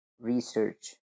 research